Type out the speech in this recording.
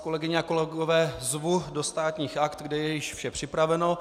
Kolegyně a kolegové, zvu vás do Státních aktů, kde je již vše připraveno.